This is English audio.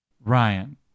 Ryan